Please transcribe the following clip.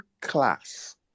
class